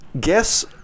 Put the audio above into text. Guess